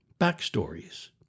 backstories